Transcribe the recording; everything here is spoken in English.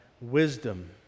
wisdom